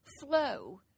flow